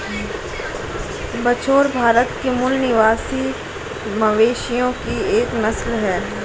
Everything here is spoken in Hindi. बछौर भारत के मूल निवासी मवेशियों की एक नस्ल है